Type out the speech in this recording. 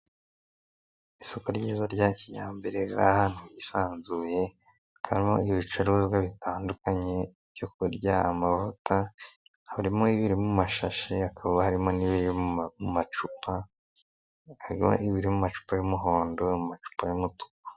Isoko ryiza rya kijyambere riri ahantu hisanzuye, rikabamo ibicuruzwa bitandukanye, ibyo kurya, amavuta, harimo ibiri mumashashi, hakaba harimo n'ibiri mu macupa, birimo amacupa y'umuhondo, mumacupa y'umutuku.